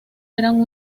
eran